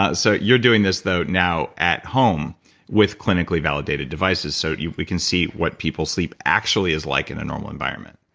ah so you're doing this though, now at home with clinically validated devices. so devices. we can see what people's sleep actually is like in a normal environment